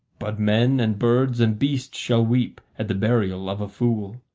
but men and birds and beasts shall weep at the burial of a fool.